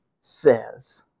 says